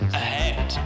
ahead